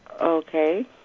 Okay